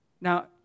Now